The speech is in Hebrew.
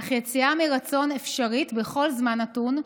אך יציאה מרצון אפשרית בכל זמן נתון,